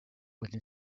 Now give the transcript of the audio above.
within